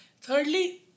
Thirdly